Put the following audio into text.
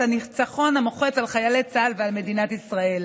הניצחון המוחץ על חיילי צה"ל ועל מדינת ישראל.